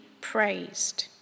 praised